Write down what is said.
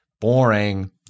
boring